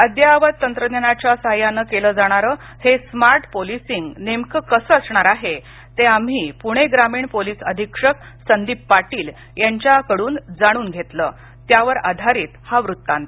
अद्ययावत तंत्रज्ञानाच्या साहाय्यानं केलं जाणारं हे स्मार्ट पोलिसिंग नेमकं कसं असणार आहे ते आम्ही प्रणे ग्रामीण पोलीस अधीक्षक संदीप पाटील यांच्याकडून जाणून घेतलं त्यावर आधारित हा वृत्तांत